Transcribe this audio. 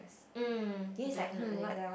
mm definitely